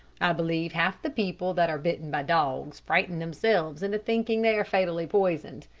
i believe half the people that are bitten by dogs frighten themselves into thinking they are fatally poisoned.